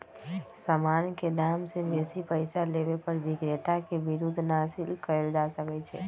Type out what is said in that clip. समान के दाम से बेशी पइसा लेबे पर विक्रेता के विरुद्ध नालिश कएल जा सकइ छइ